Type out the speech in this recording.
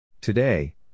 Today